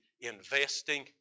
investing